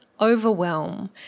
overwhelm